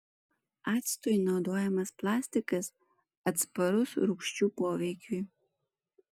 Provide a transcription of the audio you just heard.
actui naudojamas plastikas atsparus rūgščių poveikiui